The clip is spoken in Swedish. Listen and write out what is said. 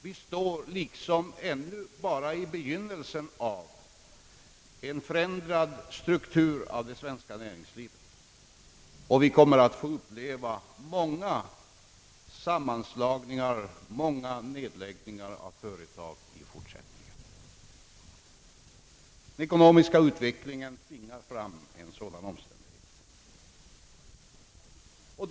Vi står ännu bara i begynnelsen av en strukturförändring av näringslivet, och vi kommer i fortsättningen att få uppleva många sammanslagningar och många nedläggningar av företag. Den ekonomiska utvecklingen tvingar fram en sådan omställning.